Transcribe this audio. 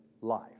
life